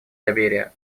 доверие